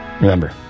Remember